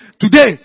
today